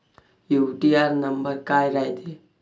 UTR नंबर काय रायते?